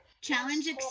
Challenge